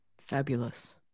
Fabulous